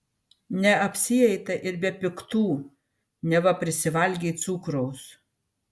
neapsieita ir be piktų neva prisivalgei cukraus